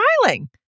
smiling